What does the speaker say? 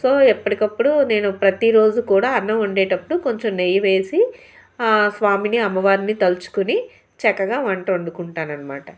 so ఎప్పటికప్పుడు నేను ప్రతి రోజు కూడా అన్నం వండేటప్పుడు కొంచెం నెయ్యి వేసి స్వామిని అమ్మవారిని తలుచుకుని చక్కగా వంట వండుకుంటాననమాట